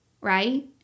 right